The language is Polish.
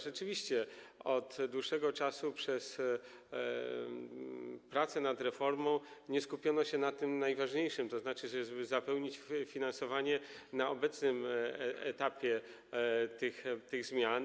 Rzeczywiście od dłuższego czasu przez prace nad reformą nie skupiono się na najważniejszym, tzn. na tym, żeby zapewnić finansowanie na obecnym etapie tych zmian.